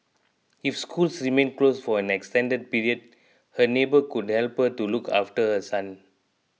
if schools remain closed for an extended period her neighbour could help her to look after her son